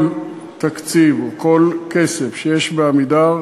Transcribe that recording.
כל תקציב, כל כסף שיש ב"עמידר"